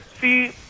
see